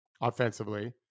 offensively